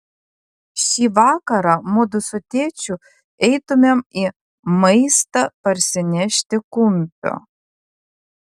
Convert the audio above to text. šį vakarą mudu su tėčiu eitumėm į maistą parsinešti kumpio